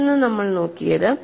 മറ്റൊന്ന് നമ്മൾ നോക്കിയത്